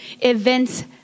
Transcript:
events